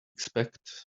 expect